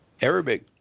Arabic